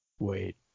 wait